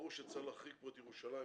ברור שצריך להחריג פה את ירושלים,